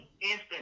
instant